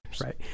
right